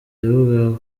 yavugaga